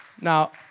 Now